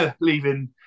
leaving